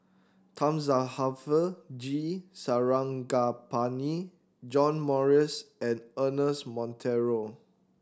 Thamizhavel G Sarangapani John Morrice and Ernest Monteiro